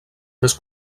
més